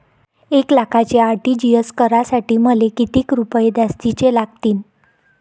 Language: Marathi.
एक लाखाचे आर.टी.जी.एस करासाठी मले कितीक रुपये जास्तीचे लागतीनं?